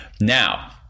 Now